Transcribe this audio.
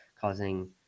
causing